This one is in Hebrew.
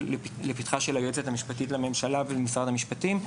היועצת המשפטית לממשלה ולמשרד המשפטים,